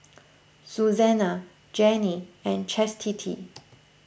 Susannah Janine and Chastity